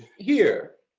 here